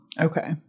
Okay